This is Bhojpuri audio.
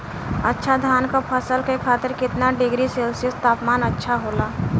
अच्छा धान क फसल के खातीर कितना डिग्री सेल्सीयस तापमान अच्छा होला?